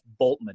Boltman